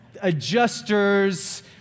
adjusters